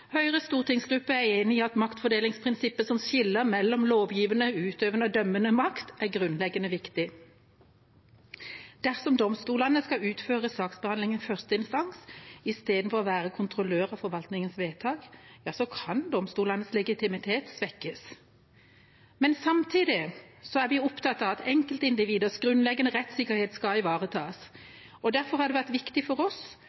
Høyres stortingsgruppe er enig i at maktfordelingsprinsippet, som skiller mellom lovgivende, utøvende og dømmende makt, er grunnleggende viktig. Dersom domstolene skal utføre saksbehandling i første instans i stedet for å være kontrollør av forvaltningens vedtak – ja, så kan domstolenes legitimitet svekkes. Men samtidig er vi opptatt av at enkeltindividets grunnleggende rettsikkerhet skal ivaretas. Derfor har det vært viktig for oss